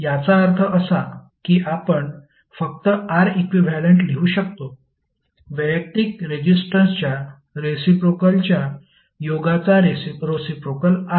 याचा अर्थ असा की आपण फक्त R इक्विव्हॅलेंट लिहू शकतो वैयक्तिक रेजिस्टन्सच्या रेसिप्रोकेलच्या योगाचा रेसिप्रोकेल आहे